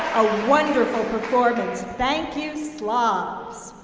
a wonderful performance. thank you, slavs.